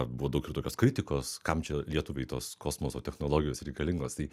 buvo daug ir tokios kritikos kam čia lietuvai tos kosmoso technologijos reikalingos tai